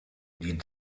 die